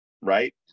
right